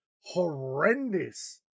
horrendous